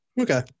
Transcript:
Okay